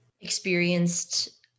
experienced